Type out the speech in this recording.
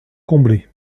comblé